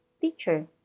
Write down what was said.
Teacher